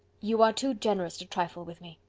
you are too generous to trifle with me.